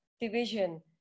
Division